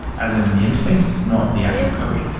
as in the interface, not the actual code,